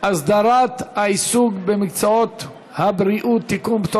הסדרת העיסוק במקצועות הבריאות (תיקון,